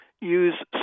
use